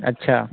अच्छा